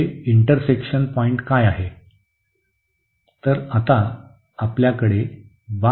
हे intersection point काय आहे